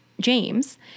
James